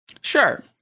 sure